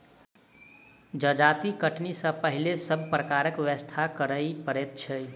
जजाति कटनी सॅ पहिने सभ प्रकारक व्यवस्था करय पड़ैत छै